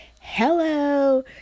Hello